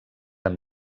amb